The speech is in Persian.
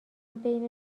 بین